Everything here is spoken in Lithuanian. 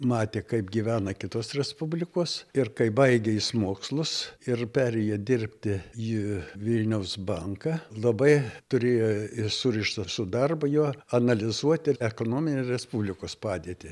matė kaip gyvena kitos respublikos ir kai baigė jis mokslus ir perėjo dirbti į vilniaus banką labai turėjo ir surištas su darbo juo analizuoti ir ekonominę respublikos padėtį